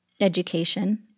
education